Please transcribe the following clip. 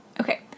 Okay